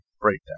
breakdown